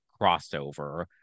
crossover